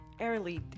early